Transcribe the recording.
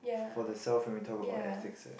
for the self when we talk about ethics